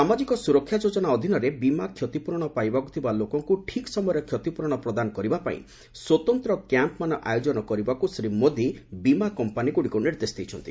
ସାମାଜିକ ସୁରକ୍ଷା ଯୋଜନା ଅଧୀନରେ ବୀମା କ୍ଷତିପ୍ରରଣ ପାଇବାକୁ ଥିବା ଲୋକଙ୍କ ଠିକ୍ ସମୟରେ କ୍ଷତିପ୍ରରଣ ପ୍ରଦାନ କରିବାପାଇଁ ସ୍ୱତନ୍ତ୍ର କ୍ୟାମ୍ପ୍ମାନ ଆୟୋଜନ କରିବାକୁ ଶ୍ରୀ ମୋଦି ବୀମା କମ୍ପାନୀଗୁଡ଼ିକୁ ନିର୍ଦ୍ଦେଶ ଦେଇଛନ୍ତି